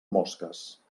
mosques